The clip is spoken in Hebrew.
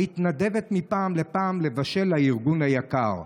ומתנדבת מפעם לפעם לבשל לארגון היקר,